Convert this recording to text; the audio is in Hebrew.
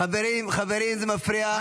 חברים, חברים, זה מפריע.